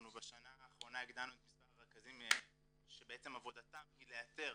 בשנה האחרונה הגדלנו את מספר הרכזים שעבודתם היא לאתר